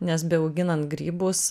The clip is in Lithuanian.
nes beauginant grybus